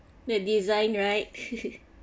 the design right